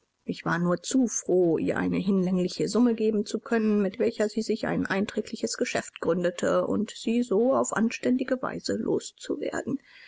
ich war nur zu froh ihr eine hinlängliche summe geben zu können mit welcher sie sich ein einträgliches geschäft gründete und sie so auf anständige weise los